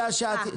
אני יודע שאת.